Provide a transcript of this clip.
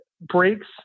breaks